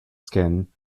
skin